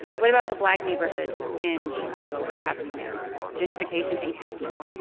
what about the black neighborhoods in chicago? what's happening there? gentrification ain't happening